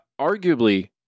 arguably